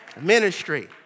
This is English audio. ministry